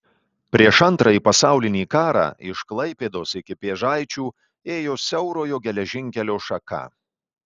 prieš antrąjį pasaulinį karą iš klaipėdos iki pėžaičių ėjo siaurojo geležinkelio šaka